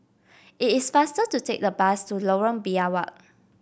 it is faster to take the bus to Lorong Biawak